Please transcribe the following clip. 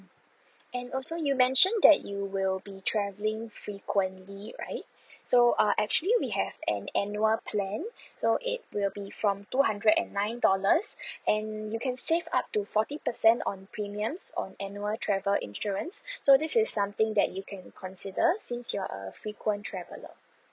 and also you mentioned that you will be travelling frequently right so uh actually we have an annual plan so it will be from two hundred and nine dollars and you can save up to forty percent on premiums on annual travel insurance so this is something that you can consider since you're a frequent traveller